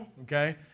okay